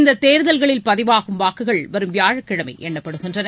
இந்தத் தேர்தல்களில் பதிவாகும் வாக்குகள் வரும் வியாழக்கிழமை என்னப்படுகின்றன